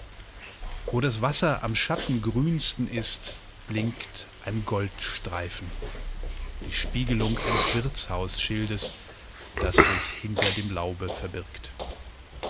wo das wasser am schattengrünsten ist blinkt ein goldstreifen die spiegelung eines wirtshausschildes das sich hinter dem laube verbirgt